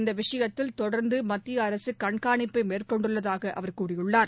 இந்த விஷயத்தில் தொடர்ந்து மத்திய அரசு கண்காணிப்பை மேற்கொண்டுள்ளதாக அவர் கூறியுள்ளார்